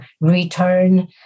return